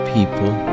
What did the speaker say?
People